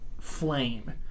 flame